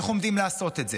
איך עומדים לעשות את זה.